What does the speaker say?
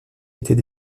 était